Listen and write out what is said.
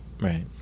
Right